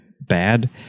bad